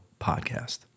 podcast